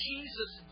Jesus